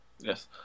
Yes